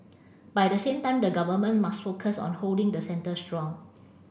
but at the same time the Government must focus on holding the centre strong